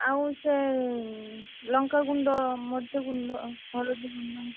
ଆଉ ସେ ଲଙ୍କାଗୁଣ୍ଡ ମରିଚଗୁଣ୍ଡ ହଳଦୀଗୁଣ୍ଡ